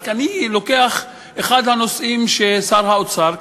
אני לוקח רק את אחד הנושאים ששר האוצר,